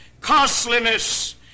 costliness